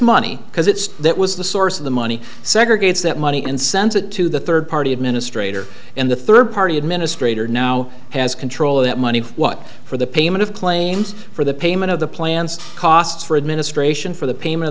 money because it's that was the source of the money segregates that money and sends it to the third party administrator and the third party administrator now has control of that money what for the payment of claims for the payment of the plan costs for administrator for the payment